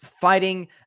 fighting